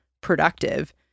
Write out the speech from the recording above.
productive